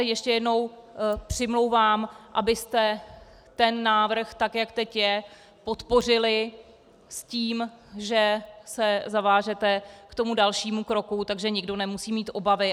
Ještě jednou se přimlouvám, abyste návrh, tak jak teď je, podpořili s tím, že se zavážete k tomu dalšímu kroku, takže nikdo nemusí mít obavy.